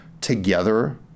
together